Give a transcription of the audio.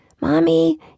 Mommy